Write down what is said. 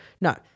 no